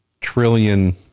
trillion